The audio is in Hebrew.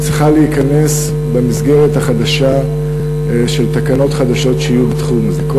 צריך להיכנס במסגרת החדשה של תקנות חדשות שיהיו בתחום הזה.